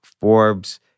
forbes